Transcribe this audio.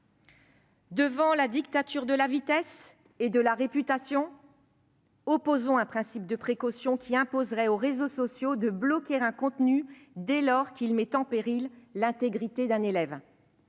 À la dictature de la vitesse et de la réputation, opposons un principe de précaution qui imposerait aux réseaux sociaux de bloquer un contenu, dès lors qu'il met en péril l'intégrité d'un élève.